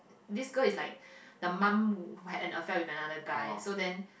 this girl is like the mum who had an affair with another guy so then